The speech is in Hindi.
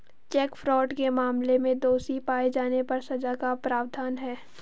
चेक फ्रॉड के मामले में दोषी पाए जाने पर सजा का प्रावधान है